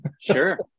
Sure